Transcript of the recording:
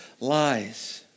lies